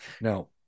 no